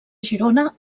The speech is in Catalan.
girona